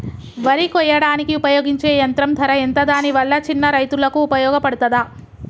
వరి కొయ్యడానికి ఉపయోగించే యంత్రం ధర ఎంత దాని వల్ల చిన్న రైతులకు ఉపయోగపడుతదా?